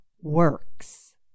works